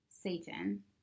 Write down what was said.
Satan